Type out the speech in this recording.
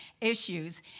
issues